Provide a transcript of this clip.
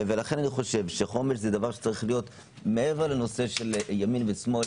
לכן חומש זה צריך להיות מעבר לימין ושמאל,